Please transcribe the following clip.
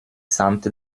sante